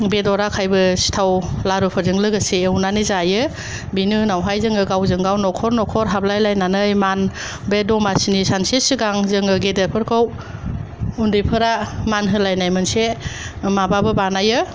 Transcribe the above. बेदर आखाइबो सिथाव लारुफोरजों लोगोसे एवनानै जायो बेनि उनावहाय जोङो गावजों गाव न'खर न'खर हाबलायलायनानै मान बे दमासिनि सानसे सिगां जोङो गेदेरफोरखौ उन्दैफोरा मान होलायनाय मोनसे माबाबो बानायो